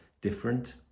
different